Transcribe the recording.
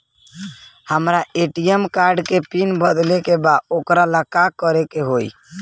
हमरा ATM card के pin बदले के बा वोकरा ला का करे के होई?